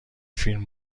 فیلم